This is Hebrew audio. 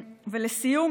ולסיום,